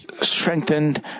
strengthened